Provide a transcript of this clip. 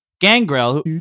gangrel